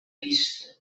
vista